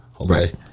okay